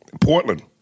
Portland